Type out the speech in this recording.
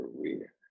career